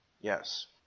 Yes